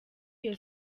iyo